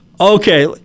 Okay